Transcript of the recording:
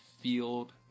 field